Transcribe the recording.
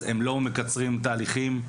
והם לא מקצרים תהליכים,